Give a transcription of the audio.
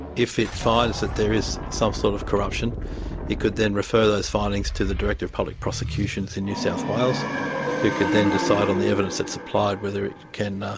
if it finds that there is some sort of corruption it could then refer those findings to the director of public prosecutions in new south wales who could then decide on the evidence supplied whether it can